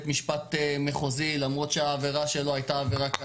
משפט מחוזי למרות שהעבירה שלו הייתה עבירה קלה,